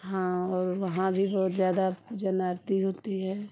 हाँ और वहाँ भी बहुत ज़्यादा पूजा आरती होती है